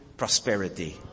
prosperity